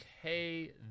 Okay